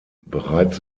bereits